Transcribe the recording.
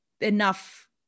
enough